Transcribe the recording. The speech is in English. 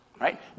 right